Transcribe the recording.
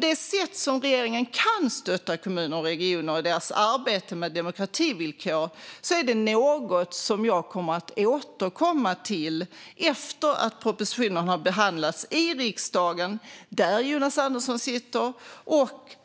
Det sätt på vilket regeringen kan stötta kommuner och regioner i deras arbete med demokrativillkor är något som jag kommer att återkomma till efter att propositionen har behandlats i riksdagen, där Jonas Andersson sitter,